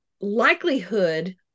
likelihood